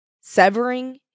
Severing